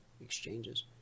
exchanges